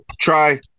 try